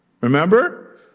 Remember